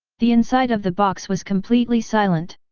the inside of the box was completely silent.